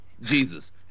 Jesus